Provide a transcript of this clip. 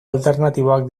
alternatiboak